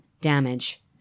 damage